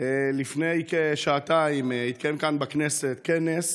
לפני כשעתיים התקיים כאן בכנסת כנס